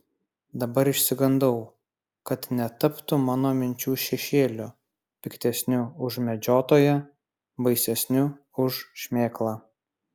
dabar išsigandau kad netaptų mano minčių šešėliu piktesniu už medžiotoją baisesniu už šmėklą